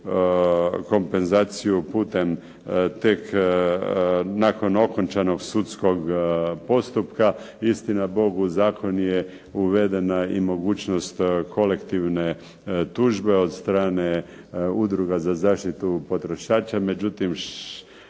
kompenzaciju putem tek nakon okončanog sudskog postupka. Istina Bog, u zakon je uvedena i mogućnost kolektivne tužbe od strane udruga za zaštitu potrošača.